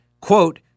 quote